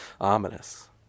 Ominous